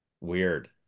weird